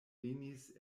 venis